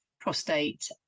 prostate